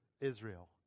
Israel